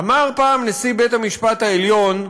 אמר פעם נשיא בית-המשפט העליון,